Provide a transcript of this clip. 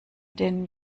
den